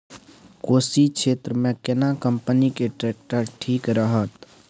कोशी क्षेत्र मे केना कंपनी के ट्रैक्टर ठीक रहत?